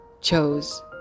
chose